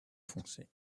foncé